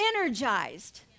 energized